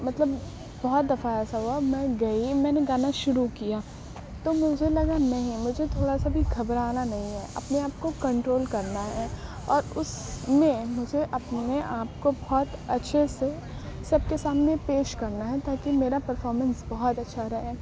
مطلب بہت دفعہ ایسا ہوا میں گئی میں نے گانا شروع کیا تو مجھے لگا نہیں مجھے تھوڑا سا بھی گھبرانا نہیں ہے اپنے آپ کو کنٹرول کرنا ہے اور اس میں مجھے اپنے آپ کو بہت اچھے سے سب کے سامنے پیش کرنا ہے تاکہ میرا پرفامنس بہت اچھا رہے